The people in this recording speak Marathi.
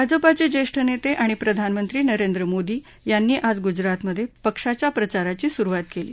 भाजपाचे ज्येष्ठ नेते आणि प्रधानमंत्री नरेंद्र मोदी यांनी आज गुजरातमध्ये पक्षाच्या प्रचाराची सुरुवात केली